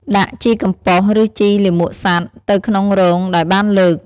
ដាក់ ជីកំប៉ុស្ត ឬ ជីលាមកសត្វ ទៅក្នុងរងដែលបានលើក។